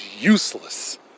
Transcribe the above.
useless